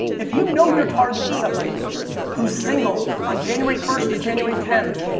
if you know you're targeting somebody who's single on january first to january tenth,